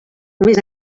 més